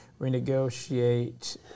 renegotiate